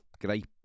great